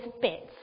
bits